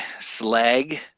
Slag